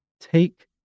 take